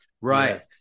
Right